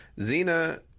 Zena